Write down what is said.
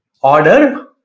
order